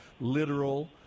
literal